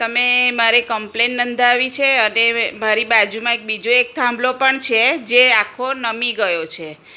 તમે મારી કમ્પ્લેઈન્ટ નોંધાવી છે અને મારી બાજુમાં એક બીજો એક થાંભલો પણ છે જે આખો નમી ગયો છે